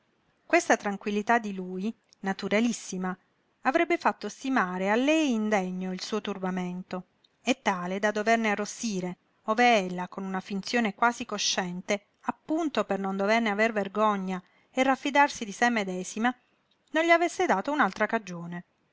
questa tranquillità di lui naturalissima avrebbe fatto stimare a lei indegno il suo turbamento e tale da doverne arrossire ove ella con una finzione quasi cosciente appunto per non doverne aver vergogna e raffidarsi di sé medesima non gli avesse dato un'altra cagione